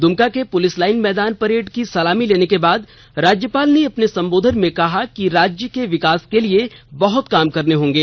दुमका के police line मैदान parade की सलामी लेने के बाद राज्यपाल ने अपने संबोधन में कहा कि राज्य के विकास के लिए बहुत काम करने होंगे